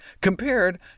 compared